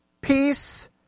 peace